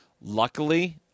Luckily